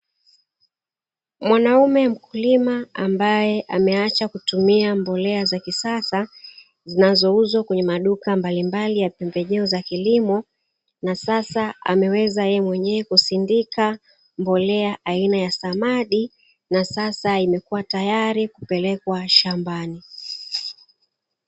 Mwanaume mkulima ambae ameacha kutumia mbolea za kisasa, zinazouzwa kwenye maduka mbalimbali ya pembejeo za kilimo, na sasa ameweza yeye mwenyewe kusindika mbolea aina ya samadi, na sasa imekua tayari kupelekwa shambani.